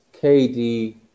KD